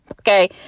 Okay